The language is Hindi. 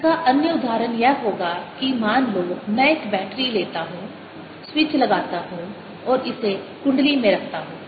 इसका अन्य उदाहरण यह होगा कि मान लो मैं एक बैटरी लेता हूँ स्विच लगाता हूँ और इसे कुंडली में रखता हूँ